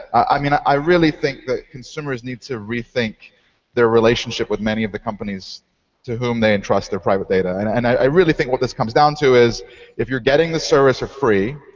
i mean i really think that consumers need to rethink their relationship with many of the companies to whom they entrust their private data. and and i really think what this comes down to is if you're getting the service for free,